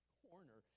corner